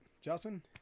Justin